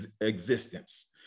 existence